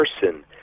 person